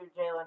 Jalen